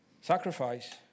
sacrifice